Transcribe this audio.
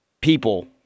people